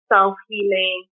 self-healing